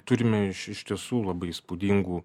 turime iš iš tiesų labai įspūdingų